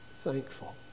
thankful